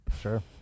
Sure